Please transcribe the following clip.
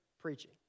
preaching